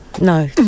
No